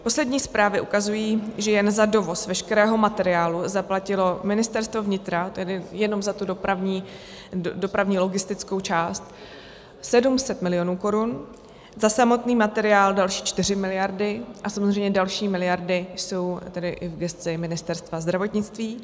Poslední zprávy ukazují, že jen za dovoz veškerého materiálu zaplatilo Ministerstvo vnitra tedy jenom za tu dopravnělogistickou část 700 milionů korun, za samotný materiál další 4 miliardy, a samozřejmě další miliardy jsou tedy i v gesci Ministerstva zdravotnictví.